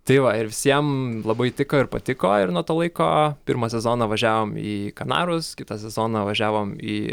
tai va ir visiem labai tiko ir patiko ir nuo to laiko pirmą sezoną važiavom į kanarus kitą sezoną važiavom į